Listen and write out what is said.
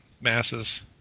masses